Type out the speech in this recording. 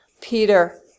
Peter